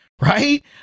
right